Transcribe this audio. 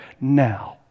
now